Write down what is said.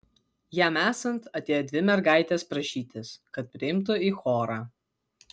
jam esant atėjo dvi mergaitės prašytis kad priimtų į chorą